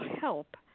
help